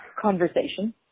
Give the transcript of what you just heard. conversation